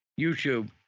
YouTube